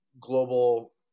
global